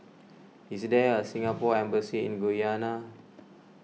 is there a Singapore Embassy in Guyana